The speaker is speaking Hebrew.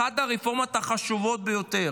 אחת הרפורמות החשובות ביותר.